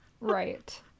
Right